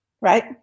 right